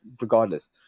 regardless